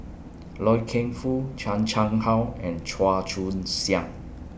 Loy Keng Foo Chan Chang How and Chua Joon Siang